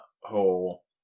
whole